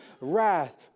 wrath